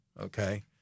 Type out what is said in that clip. okay